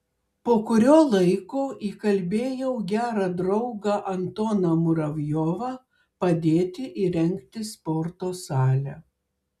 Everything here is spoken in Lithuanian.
po kurio laiko įkalbėjau gerą draugą antoną muravjovą padėti įrengti sporto salę